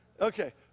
Okay